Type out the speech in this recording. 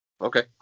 Okay